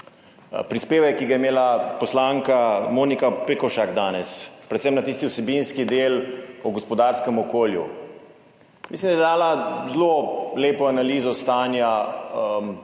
prispevek, ki ga je imela poslanka Monika Pekošak danes, predvsem na tisti vsebinski del o gospodarskem okolju. Mislim, da je dala zelo lepo analizo stanja